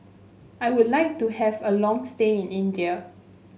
I would like to have a long stay in India